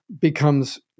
becomes